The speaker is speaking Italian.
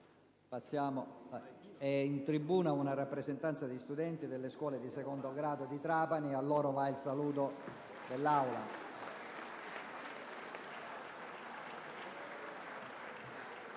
finestra"). È in tribuna una rappresentanza di studenti delle scuole secondarie di secondo grado di Trapani. A loro va il saluto dell'Assemblea.